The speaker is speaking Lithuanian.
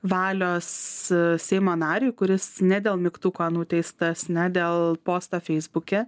valios seimo nariui kuris ne dėl mygtuko nuteistas ne dėl posto feisbuke